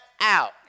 out